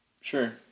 Sure